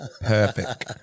perfect